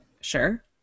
sure